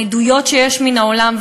העדויות שיש מן העולם,